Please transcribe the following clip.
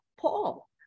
Paul